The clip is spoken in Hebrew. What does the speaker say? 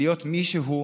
להיות מי שהוא,